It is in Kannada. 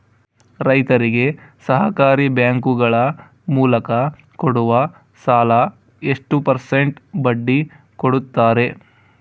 ರೈತರಿಗೆ ಸಹಕಾರಿ ಬ್ಯಾಂಕುಗಳ ಮೂಲಕ ಕೊಡುವ ಸಾಲ ಎಷ್ಟು ಪರ್ಸೆಂಟ್ ಬಡ್ಡಿ ಕೊಡುತ್ತಾರೆ?